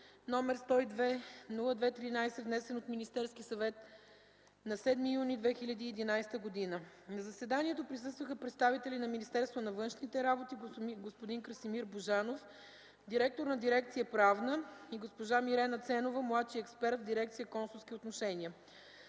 № 102-02-13, внесен от Министерския съвет на 7 юни 2011 г. На заседанието присъстваха представители на Министерство на външните работи: господин Красимир Божанов – директор на дирекция „Правна”, и госпожа Мирена Ценова – младши експерт в дирекция „Консулски отношения”.